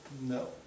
No